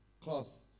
cloth